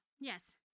yes